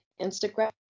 Instagram